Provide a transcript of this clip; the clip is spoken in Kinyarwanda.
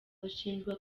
ashinjwa